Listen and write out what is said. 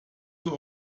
zur